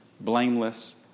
blameless